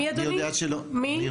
מי יודע שלא --- סליחה מי אדוני?